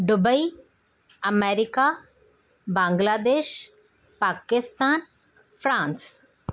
Dubai America Bangladesh Pakistan France